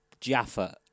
Jaffa